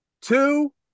two